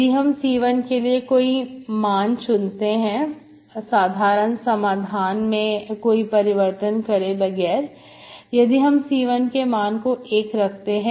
यदि हम C1 के लिए कोई मान चुनते हैं साधारण समाधान में कोई परिवर्तन करे बगैर यदि हम C1 के मान को एक रखते हैं